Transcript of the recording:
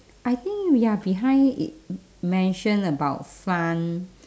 I think we are behind it mention about fun